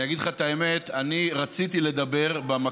אני אגיד לך את האמת, אני רציתי לדבר במקור